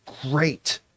great